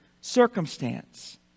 circumstance